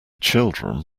children